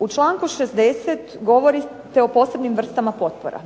U članku 60. govorite o posebnim vrstama potpora.